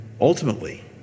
Ultimately